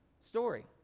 story